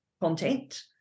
content